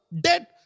Dead